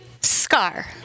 Scar